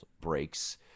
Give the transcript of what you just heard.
breaks